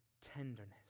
tenderness